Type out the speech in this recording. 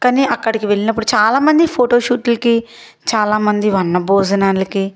కానీ అక్కడికి వెళ్ళినప్పుడు చాలా మంది ఫొటో షూట్లికి చాలా మంది వన భోజనాలికి